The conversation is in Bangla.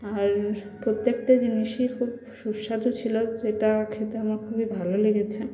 আর প্রত্যেকটা জিনিসই খুব সুস্বাদু ছিলো যেটা খেতে আমার খুবই ভালো লেগেছে